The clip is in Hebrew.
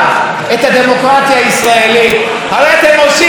הרי אתם עושים בדיוק הפוך.